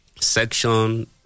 section